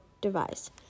device